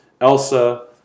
Elsa